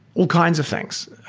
all kinds of things.